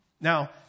Now